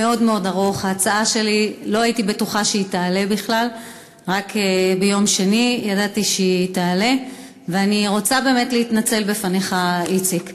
ההצעה להעביר את הצעת חוק חובת המכרזים (תיקון,